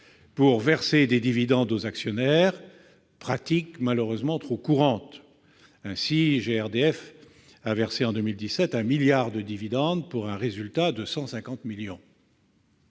pour verser des dividendes aux actionnaires, pratique malheureusement trop courante. Ainsi, GRDF a versé, en 2017, 1 milliard d'euros de dividendes, pour un résultat de 150 millions